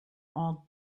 all